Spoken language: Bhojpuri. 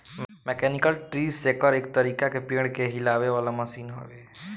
मैकेनिकल ट्री शेकर एक तरीका के पेड़ के हिलावे वाला मशीन हवे